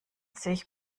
sich